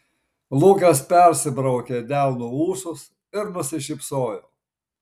lukas persibraukė delnu ūsus ir nusišypsojo